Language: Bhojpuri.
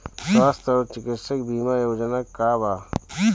स्वस्थ और चिकित्सा बीमा योजना का बा?